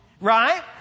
Right